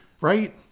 Right